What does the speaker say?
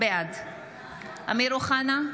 בעד אמיר אוחנה,